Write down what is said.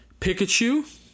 pikachu